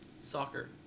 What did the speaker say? Soccer